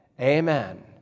amen